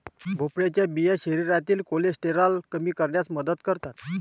भोपळ्याच्या बिया शरीरातील कोलेस्टेरॉल कमी करण्यास मदत करतात